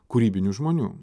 kūrybinių žmonių